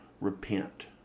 repent